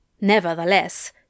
Nevertheless